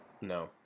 No